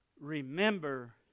Remember